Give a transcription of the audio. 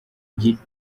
gice